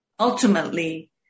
Ultimately